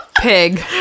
pig